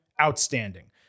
outstanding